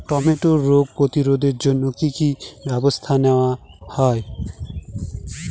টমেটোর রোগ প্রতিরোধে জন্য কি কী ব্যবস্থা নেওয়া হয়?